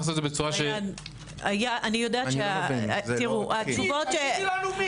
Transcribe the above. תגידו לנו מי.